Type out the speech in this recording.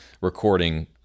recording